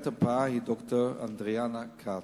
מנהלת המרפאה היא ד"ר אדריאנה כץ.